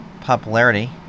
popularity